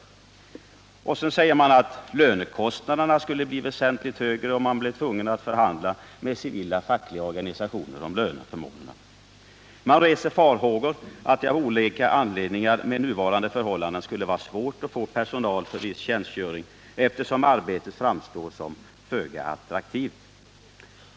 Vidare skulle, säger utredningen, lönekostnaderna bli väsentligt högre om man blev tvungen att förhandla med civila fackliga organisationer om löneförmånerna. Man reser farhågor för att det av olika anledningar, med nuvarande förhållanden, skulle vara svårt att få personal för viss tjänstgöring, eftersom arbetet framstår som föga attraktivt.